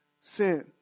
sin